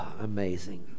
Amazing